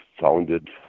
founded